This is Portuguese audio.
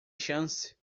chance